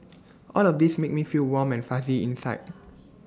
all of these make me feel warm and fuzzy inside